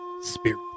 spirit